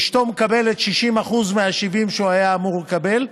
אשתו מקבלת 60% מה-70% שהוא היה אמור לקבל.